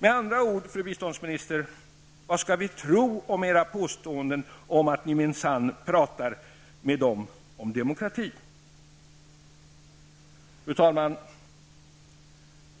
Med andra ord, fru biståndsminister, vad skall vi tro om era påståenden om att ni minsann pratar med dem om demokrati? Fru talman!